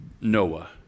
Noah